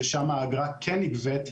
ששם האגרה כן נגבית,